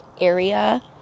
area